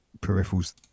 peripherals